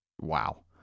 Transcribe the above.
wow